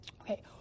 okay